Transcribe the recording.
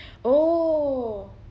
oh